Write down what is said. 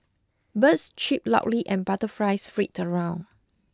birds chip loudly and butterflies flit around